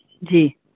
جی